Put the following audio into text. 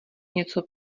něco